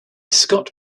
scott